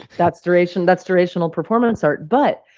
that's durational that's durational performance art. but,